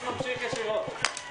הישיבה